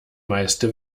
meiste